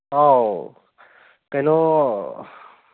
ꯑꯥꯎ ꯀꯩꯅꯣ